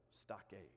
stockade